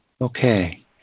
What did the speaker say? Okay